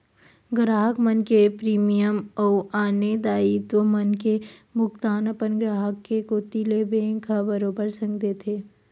गराहक मन के प्रीमियम अउ आने दायित्व मन के भुगतान अपन ग्राहक के कोती ले बेंक ह बरोबर संग देथे